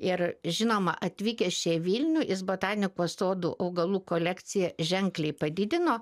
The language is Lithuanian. ir žinoma atvykęs čiaį vilnių jis botanikos sodų augalų kolekciją ženkliai padidino